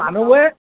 মানুহবাৰে